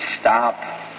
stop